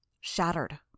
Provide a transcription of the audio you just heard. Shattered